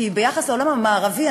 כי ביחס לעולם המערבי,